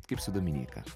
kaip su dominyka